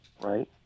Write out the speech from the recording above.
Right